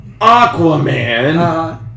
Aquaman